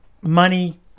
money